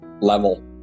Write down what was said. level